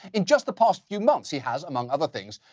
in just the past few months, he has, among other things,